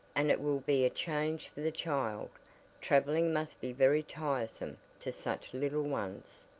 and it will be a change for the child traveling must be very tiresome to such little ones.